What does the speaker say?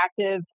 active